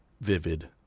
vivid